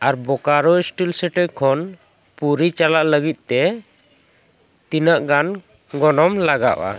ᱟᱨ Bokaro steel city ᱠᱷᱚᱱ ᱯᱩᱨᱤ ᱪᱟᱞᱟᱜ ᱞᱟᱹᱜᱤᱫ ᱛᱮ ᱛᱤᱱᱟᱹᱜ ᱜᱟᱱ ᱜᱚᱱᱚᱝ ᱞᱟᱜᱟᱜᱼᱟ